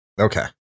Okay